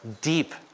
deep